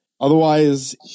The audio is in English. Otherwise